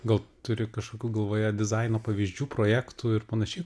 gal turi kažkokių galvoje dizaino pavyzdžių projektų ir panašiai